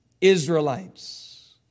Israelites